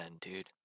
dude